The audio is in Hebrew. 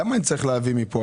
למה אני צריך להביא מפה?